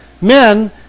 men